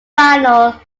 final